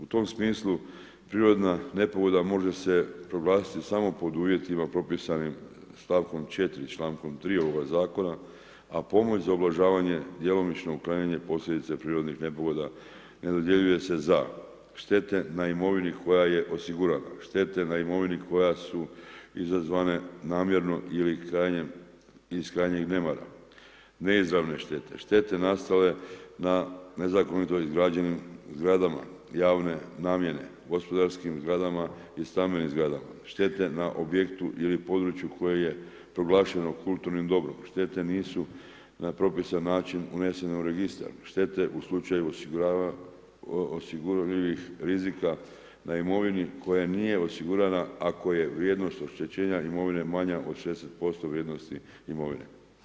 U tom smislu prirodna nepogoda može se proglasiti samo pod uvjetima propisanim stavkom 4., člankom 3. ovoga zakona a pomoć za ublažavanje, djelomično uklanjanje posljedica prirodnih nepogoda ne dodjeljuje se za štete na imovini koja je osigurana, štete na imovini koja su izazvane namjerno ili iz krajnjeg nemara, neizravne štete, štete nastale na nezakonito izgrađenim zgradama javne namjene, gospodarskim zgradama i stambenim zgradama, štete na objektu ili području koje je proglašeno kulturnim dobrom, štete nisu na propisani način unesene u registar, štete u slučaju osigurljivih rizika na imovini koja nije osigurana ako je vrijednost oštećenja imovine manja od 60% vrijednosti imovine.